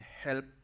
help